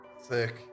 thick